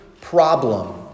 problem